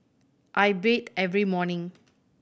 I bathe every morning